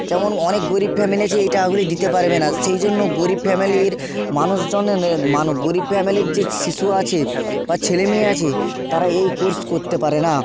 যেমন অনেক গরীব ফ্যামেলি আছে এই টাকাগুলি দিতে পারবে না সেই জন্য গরীব ফ্যামেলির মানুষজনেদের মানু গরীব ফ্যামেলির যে শিশু আছে বা ছেলেমেয়ে আছে তারা এই কোর্স করতে পারে না